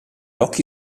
occhi